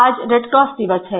आज रेडक्रॉस दिवस है